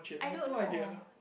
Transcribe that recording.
I don't know